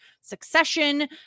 succession